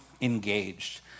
engaged